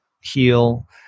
heal